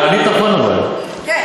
אבל הם מעטים.